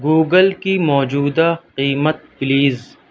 Google کی موجودہ قیمت پلیز